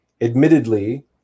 admittedly